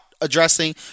addressing